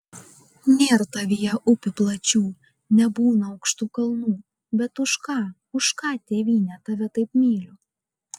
nėr tavyje upių plačių nebūna aukštų kalnų bet už ką už ką tėvyne tave taip myliu